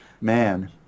Man